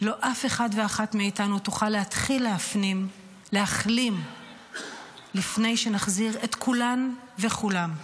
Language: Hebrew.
לא אף אחד ואחת מאיתנו יוכל להתחיל להחלים לפני שנחזיר את כולן וכולם.